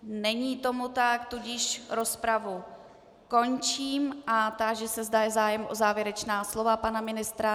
Není tomu tak, tudíž rozpravu končím a táži se, zda je zájem o závěrečná slova pana ministra.